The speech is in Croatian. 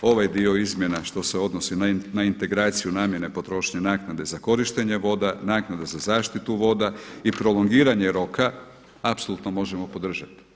Ovaj dio izmjena što se odnosi na integraciju namjene potrošnje naknade za korištenje voda, naknade za zaštitu voda i prolongiranje roka apsolutno možemo podržati.